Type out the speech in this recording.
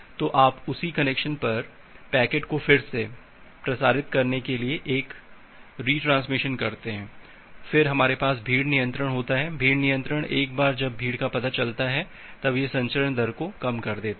तो आप उसी कनेक्शन पर पैकेट को फिर से प्रसारित करने के लिए एक रिट्रांसमिशन करते हैं फिर हमारे पास भीड़ नियंत्रण होता है भीड़ नियंत्रण एक बार जब भीड़ का पता चला है तब यह संचरण दर को कम कर देता है